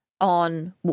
on